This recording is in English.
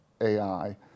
AI